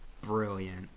brilliant